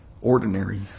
ordinary